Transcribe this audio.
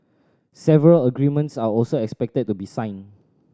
several agreements are also expected to be signed